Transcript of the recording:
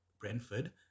Brentford